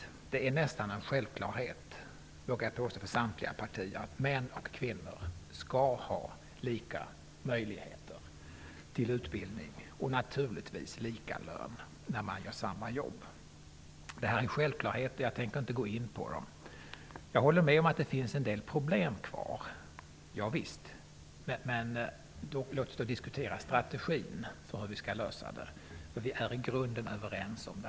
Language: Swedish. Jag vågar påstå att det nästan är en självklarhet för samtliga partier att män och kvinnor skall ha lika möjligheter till utbildning och naturligtvis lika lön för samma jobb. Det är en självklarhet, och jag skall inte gå vidare in på det. Jag håller med om att det finns en del problem kvar att lösa. Men låt oss diskutera strategin för hur vi skall lösa dem. Vi är i grunden överens.